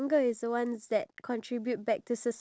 ya and it is kind of sad